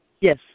Yes